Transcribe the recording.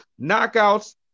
Knockouts